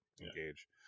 engage